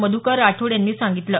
मध्कर राठोड यांनी सांगितलं